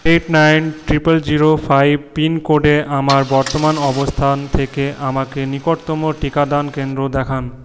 eight nine triple zero five পিনকোডে আমার বর্তমান অবস্থান থেকে আমাকে নিকটতম টিকাদান কেন্দ্র দেখান